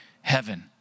heaven